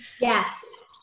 Yes